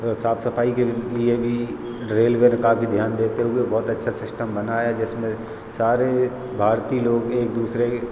साफ सफाई के लिए भी रेलवे ने काफ़ी ध्यान देते हुए बहुत अच्छा सिस्टम बनाया है जिसमें सारे भारतीय लोग एक दूसरे